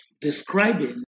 describing